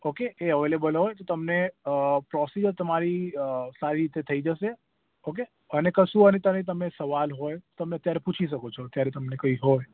okay એ available હોય તો તમને પ્રોસિઝર તમારી સારી રીતે થઇ જશે ઓકે અને કશું અને તમે તમને સવાલ હોય તો તમે ત્યારે પૂછી શકો છો ત્યારે તમને કંઈ હોય